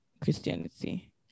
Christianity